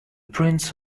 prince